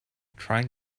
trying